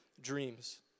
dreams